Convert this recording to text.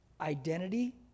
Identity